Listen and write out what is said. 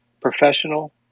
professional